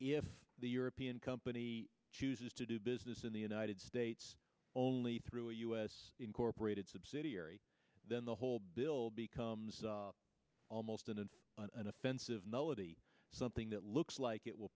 if the european company chooses to do business in the united states only through a u s incorporated subsidiary then the whole bill becomes almost in an inoffensive melody something that looks like it will